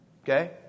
Okay